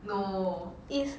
is